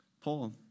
Paul